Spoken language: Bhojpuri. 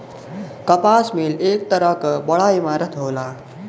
कपास मिल एक तरह क बड़ा इमारत होला